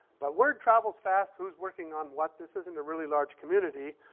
but word travels fast who's working on what. this isn't a really large community.